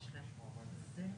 אני רק נותנת דוגמה שזה לא